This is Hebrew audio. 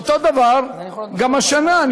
אותו דבר גם השנה.